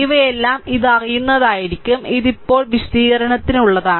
ഇവയെല്ലാം ഇത് അറിയുന്നതായിരിക്കും ഇത് ഇപ്പോൾ വിശദീകരണത്തിനുള്ളതാണ്